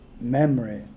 memory